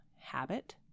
habit